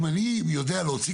אם אני יודע להוציא